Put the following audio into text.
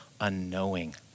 unknowing